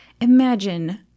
Imagine